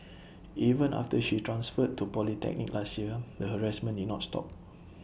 even after she transferred to polytechnic last year the harassment did not stop